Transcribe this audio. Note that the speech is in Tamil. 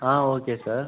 ah okay sir